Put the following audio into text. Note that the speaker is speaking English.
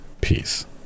peace